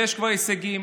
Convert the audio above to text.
וכבר יש הישגים,